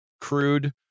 Crude